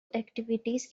activities